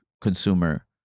consumer